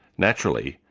naturally,